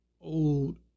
old